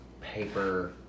paper